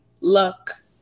luck